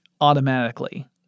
automatically